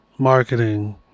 marketing